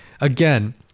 Again